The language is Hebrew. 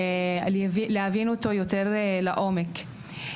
להבין אותו יותר לעומק.